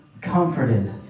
comforted